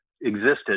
existed